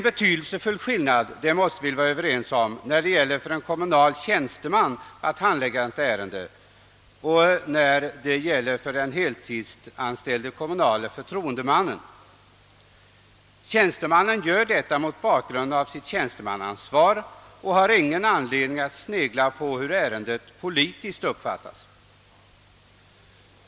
Vi måste vara överens om att det är en betydelsefull skillnad, om det är en komunal tjänsteman eller en heltidsanställd kommunal förtroendeman som handlägger ett ärende. Tjänstemannen handlar mot bakgrunden av sitt tjänstemannaansvar och har ingen anledning att snegla på hur ärendena uppfattas politiskt av kommunmedlemmarna.